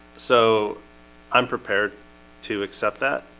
so i'm prepared to accept that